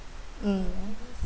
mm